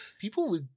people